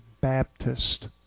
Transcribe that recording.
Baptist